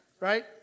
right